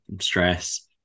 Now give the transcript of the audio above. stress